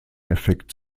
effekt